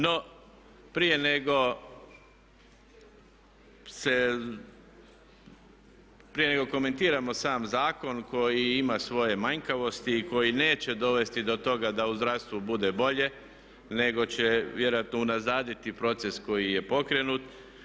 No, prije nego se, prije nego komentiramo sam zakon koji ima svoje manjkavosti i koji neće dovesti do toga da u zdravstvu bude bolje nego će vjerojatno unazaditi proces koji je pokrenut.